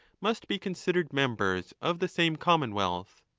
must be considered members of the same commonwealth.